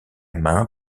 main